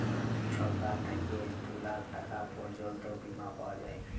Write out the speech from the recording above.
ছরকার থ্যাইকে দু লাখ টাকা পর্যল্ত বীমা পাউয়া যায়